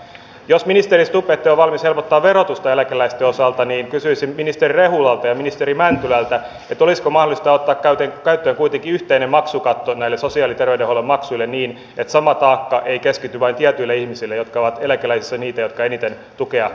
jos ministeri stubb ette ole valmis helpottamaan verotusta eläkeläisten osalta niin kysyisin ministeri rehulalta ja ministeri mäntylältä olisiko mahdollista ottaa käyttöön kuitenkin yhteinen maksukatto näille sosiaali ja terveydenhuollon maksuille niin että sama taakka ei keskity vain tietyille ihmisille niille jotka ovat eläkeläisiä ja niitä jotka eniten tukea tarvitsevat